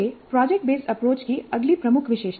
यह project based approach की अगली प्रमुख विशेषता है